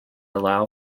allow